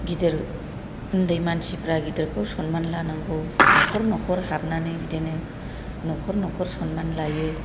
गिदिर उन्दै मानसिफोरा गिदिरखौ सनमान लानांगौ नखर नखर हाबनानै बिदिनो नखर नखर सनमान लायो